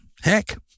heck